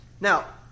Now